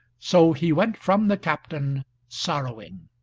so he went from the captain sorrowing.